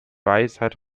weisheit